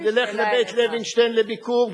נלך ל"בית לוינשטיין" לביקור,